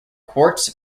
quartz